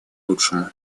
лучшему